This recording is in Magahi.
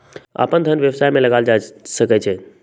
अप्पन धन व्यवसाय में लगायल जा सकइ छइ